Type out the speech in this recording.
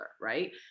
right